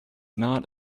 not